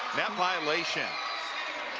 net violation